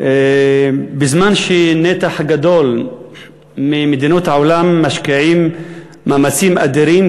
בזמן שנתח גדול ממדינות העולם משקיעות מאמצים אדירים,